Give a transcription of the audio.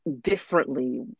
differently